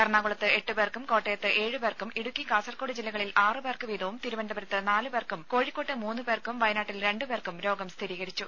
എറണാകുളത്ത് എട്ടുപേർക്കും കോട്ടയത്ത് ഏഴുപേർക്കും ഇടുക്കി കാസർകോട് ജില്ലകളിൽ ആറുപേർക്ക് വീതവും തിരുവനന്തപുരത്ത് നാലുപേർക്കും കോഴിക്കോട്ട് മൂന്നുപേർക്കും വയനാട്ടിൽ രണ്ടുപേർക്കും രോഗം സ്ഥിരീകരിച്ചു